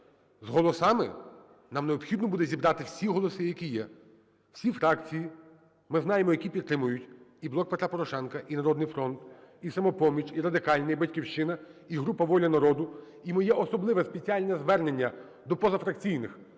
з голосами – нам необхідно буде зібрати всі голоси, які є, всі фракції, ми знаємо, які підтримують, і "Блок Петра Порошенка", і "Народний фронт", і "Самопоміч", і Радикальна, і "Батьківщина", і група "Воля народу", і моє особливе спеціальне звернення до позафракційних,